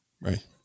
Right